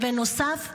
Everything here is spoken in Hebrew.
בנוסף,